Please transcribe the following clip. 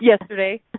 yesterday